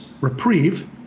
reprieve